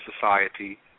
society